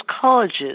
colleges